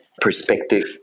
perspective